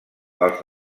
als